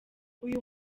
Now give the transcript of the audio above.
uyu